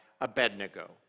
Abednego